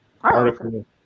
article